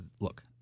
Look